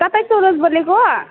तपाईँ सुरज बोलेको हो